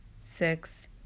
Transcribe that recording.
six